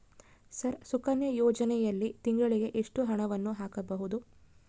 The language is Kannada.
ಸರ್ ಸುಕನ್ಯಾ ಯೋಜನೆಯಲ್ಲಿ ತಿಂಗಳಿಗೆ ಎಷ್ಟು ಹಣವನ್ನು ಹಾಕಬಹುದು?